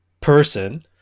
person